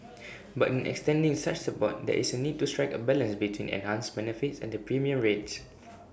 but in extending such support there is A need to strike A balance between enhanced benefits and the premium rates